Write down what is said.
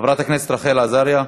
חברת הכנסת רחל עזריה,